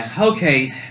Okay